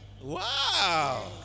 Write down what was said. Wow